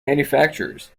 manufacturers